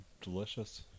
delicious